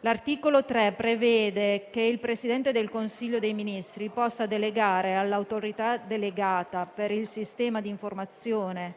L'articolo 3 prevede che il Presidente del Consiglio dei ministri possa delegare all'Autorità delegata per il sistema di informazione